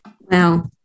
Wow